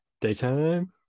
Daytime